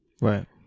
right